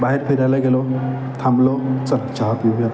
बाहेर फिरायला गेलो थांबलो चल चहा पिऊया